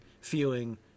feeling